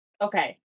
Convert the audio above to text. okay